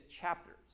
chapters